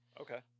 Okay